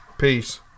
peace